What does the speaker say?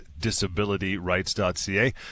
disabilityrights.ca